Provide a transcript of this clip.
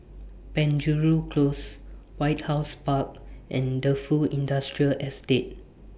Penjuru Close White House Park and Defu Industrial Estate